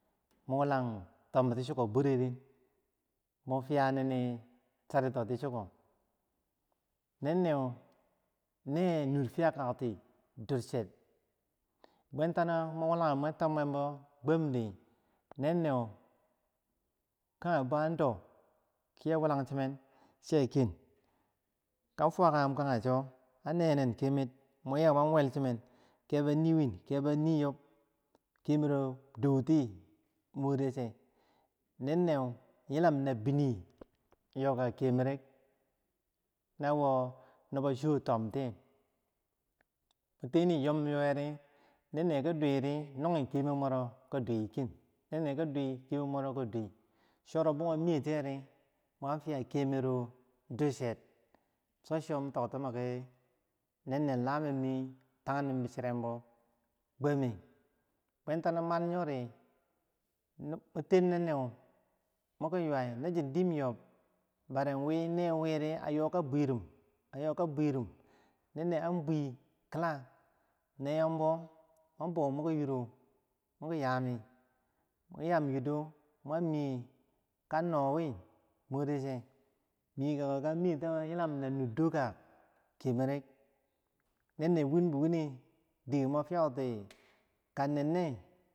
Mun wulang tombo ti chiko bruririn mun fiyah charito ti chikomo, nenneu ner nur fiyakakti ducher, bwantano mun wulagum mwer tom mwem bo gwam di kage bo her do, ki wulak chinen ken kanfuwakagum kage cho an nenen kemer, kebo yi win kebo yiyob kemero dow ti moer che, nenneu yilam na bini nawo nibo cho tom tiyeh, mun teni yom yoweri nennen ki dweri nagi kemer mwer ro kidweiken, nenne ki dwai kemer mweroki dwaiken choro boma miyetyew mafiyah, kemero ducer, cho cho mi tok timoki mi neenlamen tagnim bi chirembo, bwantano mani yo ri mun ten nenne muki yuwai no chin dim yob bare wi new wiri a yoka burim a yoka burim nenne an bwi kila, nenm bo mwar boki yido muki yami, mwan yam yido kan miye kan nowi mureche, miyeh kako ka miyeh tiyeh yilam na nur doka kemere, nenne win bi wine dike mur fiyau ti ka nenneh.